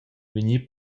vegnir